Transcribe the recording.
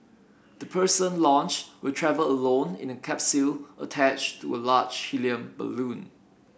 the person launched will travel alone in a capsule attached to a large helium balloon